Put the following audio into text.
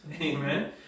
Amen